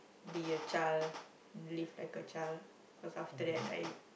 be a child live like a child cause after that I